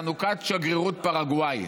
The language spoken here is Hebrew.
היה טקס חנוכת שגרירות פרגוואי.